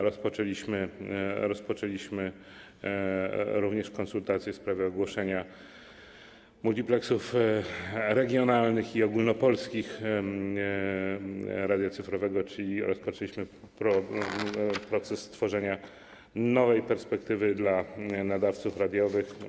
Rozpoczęliśmy również konsultacje w sprawie ogłoszenia multipleksów regionalnych i ogólnopolskich radia cyfrowego, czyli rozpoczęliśmy proces tworzenia nowej perspektywy dla nadawców radiowych.